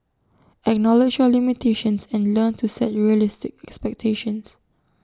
acknowledge your limitations and learn to set realistic expectations